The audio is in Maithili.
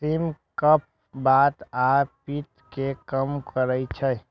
सिम कफ, बात आ पित्त कें कम करै छै